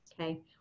Okay